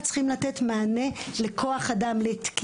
ואי-אפשר להמשיך לגלגל את זה רק לקופות.